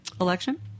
election